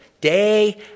day